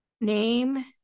name